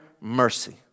mercy